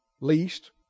least